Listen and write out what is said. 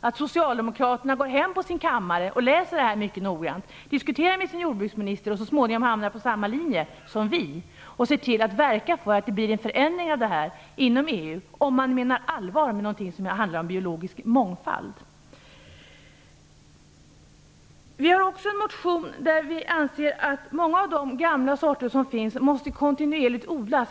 att socialdemokraterna går hem till sin kammare och läser detta mycket noggrant, diskuterar med sin jordbruksminister och så småningom hamnar de kanske på samma linje som vi, så att de kan verka för att åstadkomma en förändring inom EU, om man menar allvar med biologisk mångfald. Vi har också en motion som handlar om att många av de gamla sorter som finns måste kontinuerligt odlas.